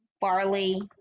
Farley